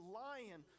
lion